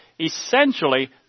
Essentially